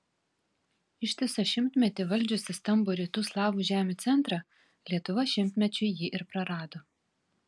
ištisą šimtmetį valdžiusi stambų rytų slavų žemių centrą lietuva šimtmečiui jį ir prarado